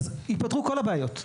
ייפתרו כל הבעיות.